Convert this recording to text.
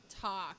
talk